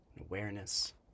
awareness